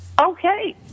Okay